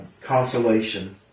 consolation